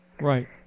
Right